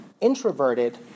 introverted